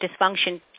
dysfunction